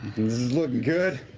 looking good.